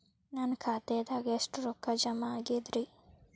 ನನ್ನ ಖಾತೆದಾಗ ಎಷ್ಟ ರೊಕ್ಕಾ ಜಮಾ ಆಗೇದ್ರಿ?